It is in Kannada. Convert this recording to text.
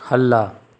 ಅಲ್ಲ